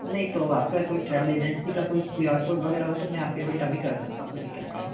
नहीं तो आपका कोई ट्रैवल एजेंसी का कोई क्यू आर कोड वगैरह हो तो मैं पेमेंट अभी कर सकता हूँ कोई दिक्कत नहीं है